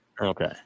Okay